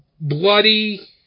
bloody